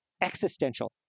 existential